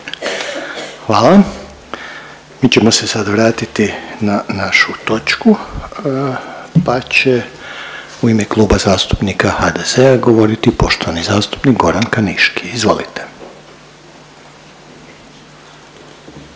(HDZ)** Mi ćemo se sad vratiti na našu točku, pa će u ime Kluba zastupnika HDZ-a govoriti poštovani zastupnik Goran Kaniški, izvolite.